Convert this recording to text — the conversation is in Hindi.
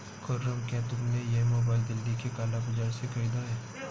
खुर्रम, क्या तुमने यह मोबाइल दिल्ली के काला बाजार से खरीदा है?